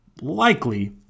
likely